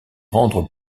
rendre